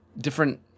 different